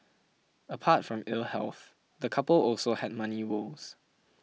apart from ill health the couple also had money woes